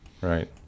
right